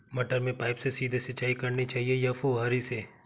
मटर में पाइप से सीधे सिंचाई करनी चाहिए या फुहरी से?